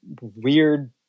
weird